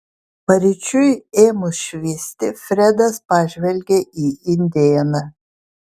paryčiui ėmus švisti fredas pažvelgė į indėną